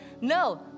No